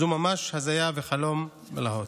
זו ממש הזיה, חלום בלהות.